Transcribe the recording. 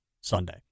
Sunday